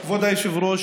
כבוד היושב-ראש,